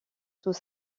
sous